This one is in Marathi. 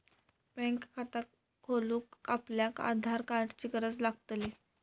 बॅन्क खाता खोलूक आपल्याक आधार कार्डाची गरज लागतली